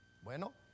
Bueno